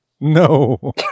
No